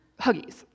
huggies